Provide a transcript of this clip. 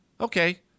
Okay